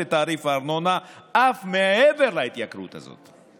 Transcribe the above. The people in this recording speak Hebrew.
את תעריף הארנונה אף מעבר להתייקרות הזאת.